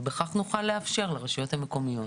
ובכך נוכל לאפשר לרשויות המקומיות